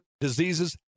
diseases